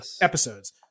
episodes